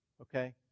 Okay